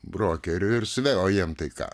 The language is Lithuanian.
brokerių versle o jiem tai ką